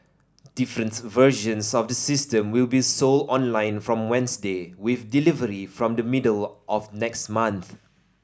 different versions of the system will be sold online from Wednesday with delivery from the middle of next month